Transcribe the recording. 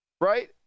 right